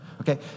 okay